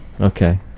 Okay